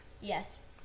Yes